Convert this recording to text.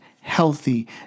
healthy